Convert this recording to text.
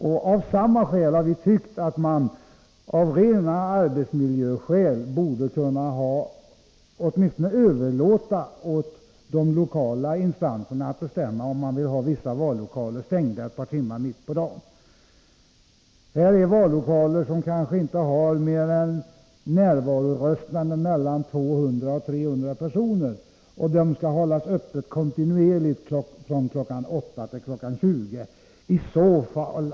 Vi har också tyckt att man av rena arbetsmiljöskäl borde kunna överlåta åt de lokala instanserna att bestämma om man skall ha vissa vallokaler stängda ett par timmar mitt på dagen. Det finns vallokaler där inte mer än mellan 200 och 300 personer röstar, och dessa lokaler skall hållas öppna kontinuerligt mellan kl. 8 och 20.